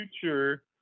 future